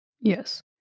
yes